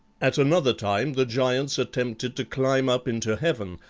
at another time the giants attempted to climb up into heaven,